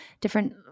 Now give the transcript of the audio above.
different